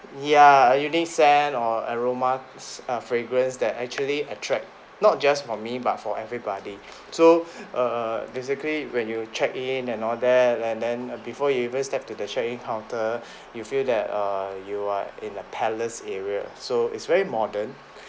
ya unique scent or aroma s~ err fragrance that actually attract not just for me but for everybody so err basically when you check-in and all that and then before you even step to the check-in counter you feel that err you are in a palace area so it's very modern